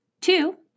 Two